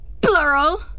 Plural